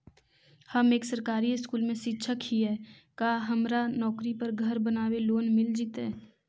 हम एक सरकारी स्कूल में शिक्षक हियै का हमरा नौकरी पर घर बनाबे लोन मिल जितै?